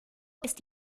ist